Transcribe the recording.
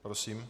Prosím.